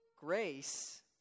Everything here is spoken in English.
Grace